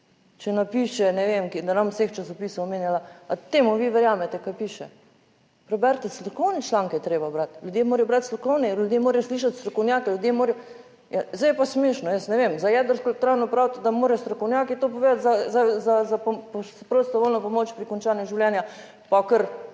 Če napiše, ne vem, da ne bom vseh časopisov omenjala, a temu vi verjamete, kaj piše? Preberite, strokovne članke je treba brati, ljudje morajo brati strokovne, ljudje morajo slišati strokovnjake, ljudje morajo … Ja, zdaj je pa smešno. Jaz ne vem, za jedrsko elektrarno, pravite, da morajo strokovnjaki to povedati, za prostovoljno pomoč pri končanju življenja